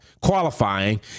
qualifying